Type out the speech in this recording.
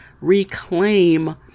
reclaim